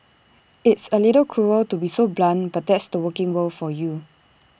it's A little cruel to be so blunt but that's the working world for you